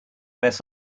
mess